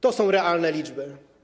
To są realne liczby.